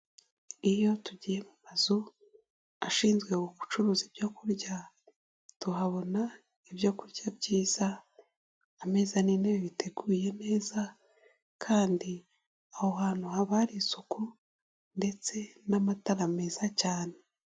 Iyo tugiye mu mazu ashinzwe gucuruza ibyo kurya tuhabona ibyo kurya byiza, amezi n'intebe biteguye neza kandi aho hantu haba hari isuku ndetse n'amatara meza cyane.